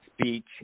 speech